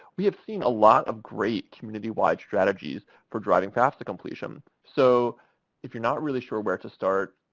we have seen a lot of great community-wide strategies for driving fafsa completion. so if you're not really sure where to start,